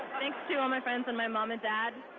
thank to all my friends, and my mom and dad,